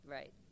Right